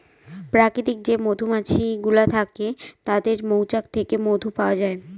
প্রাকৃতিক যে মধুমাছি গুলো থাকে তাদের মৌচাক থেকে মধু পাওয়া যায়